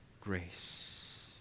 grace